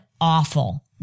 awful